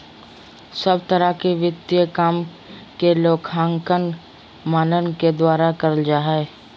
सब तरह के वित्तीय काम के लेखांकन मानक के द्वारा करल जा हय